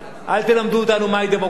אל תלמדו אותנו מהי דמוקרטיה.